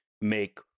make